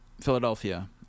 Philadelphia